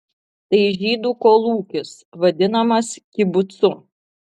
tai žydų kolūkis vadinamas kibucu